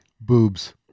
Boobs